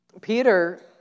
Peter